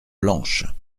blanches